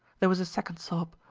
there was a second sob,